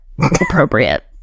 appropriate